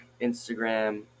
Instagram